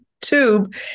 tube